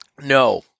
no